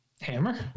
Hammer